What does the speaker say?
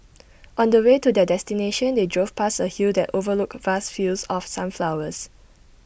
on the way to their destination they drove past A hill that overlooked vast fields of sunflowers